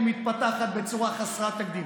איך היא מתפתחת בצורה חסרת תקדים,